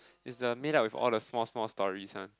it's the made up with all the small small stories one